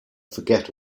forget